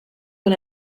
con